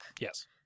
Yes